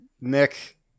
Nick